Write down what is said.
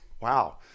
Wow